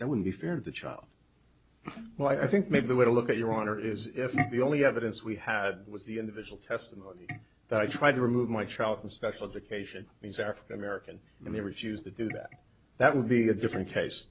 that would be fair to the child well i think maybe the way to look at your honor is if the only evidence we had was the individual testimony that i tried to remove my child with special education he's african american and they refused to do that that would be a different case